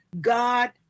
God